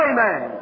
Amen